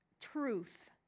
truth